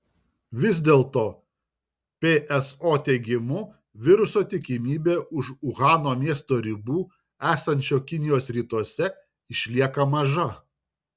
vis dėl to pso teigimu viruso tikimybė už uhano miesto ribų esančio kinijos rytuose išlieka maža